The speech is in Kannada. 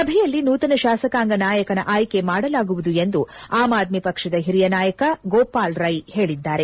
ಸಭೆಯಲ್ಲಿ ನೂತನ ಶಾಸಕಾಂಗ ನಾಯಕನ ಆಯ್ಡಿ ಮಾಡಲಾಗುವುದು ಎಂದು ಆಮ್ ಆದ್ನಿ ಪಕ್ಷದ ಹಿರಿಯ ನಾಯಕ ಗೋಪಾಲ್ ರೈ ಹೇಳಿದ್ದಾರೆ